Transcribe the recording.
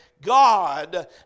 God